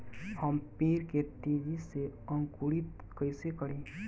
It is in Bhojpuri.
हम पेड़ के तेजी से अंकुरित कईसे करि?